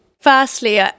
firstly